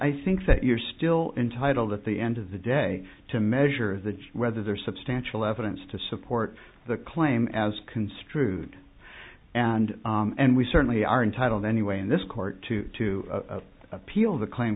i think that you're still intitled at the end of the day to measure the whether there's substantial evidence to support the claim as construed and and we certainly are entitled anyway in this court to appeal the claim